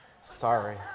sorry